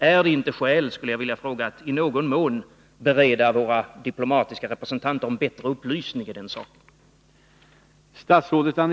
Är det inte skäl att i någon mån bereda våra diplomatiska representanter en bättre upplysning i den saken?